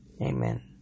Amen